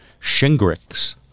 Shingrix